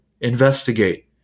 investigate